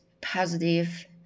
positive